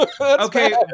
Okay